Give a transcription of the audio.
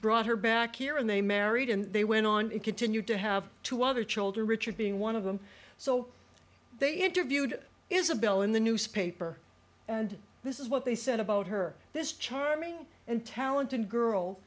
brought her back here and they married and they went on it continued to have two other children richard being one of them so they interviewed isabel in the newspaper and this is what they said about her this charming and talented girl